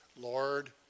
Lord